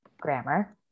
grammar